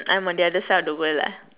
I'm on the other side of the world ah